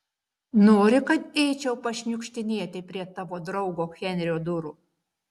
nori kad eičiau pašniukštinėti prie tavo draugo henrio durų